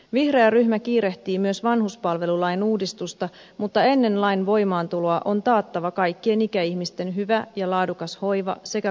vihreä ryhmä kiirehtii myös vanhuspalvelulain uudistusta mutta ennen lain voimaantuloa on taattava kaikkien ikäihmisten hyvä ja laadukas hoiva sekä kuntoutus